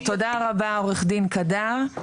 תודה רבה עורך דין קידר,